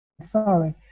Sorry